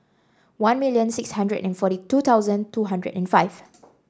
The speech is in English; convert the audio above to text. one million six hundred and forty two thousand two hundred and five